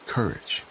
courage